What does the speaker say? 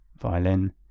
Violin